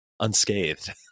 unscathed